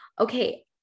okay